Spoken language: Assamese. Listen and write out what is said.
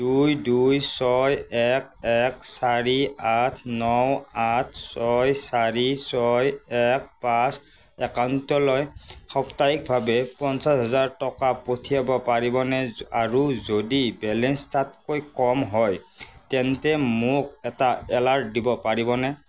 দুই দুই ছয় এক এক চাৰি আঠ ন আঠ ছয় চাৰি ছয় এক পাঁচ একাউণ্টলৈ সাপ্তাহিকভাৱে পঞ্চাছ হাজাৰ টকা পঠিয়াব পাৰিবনে আৰু যদি বেলেঞ্চ তাতকৈ কম হয় তেন্তে মোক এটা এলাৰ্ট দিব পাৰিবনে